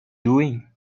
doing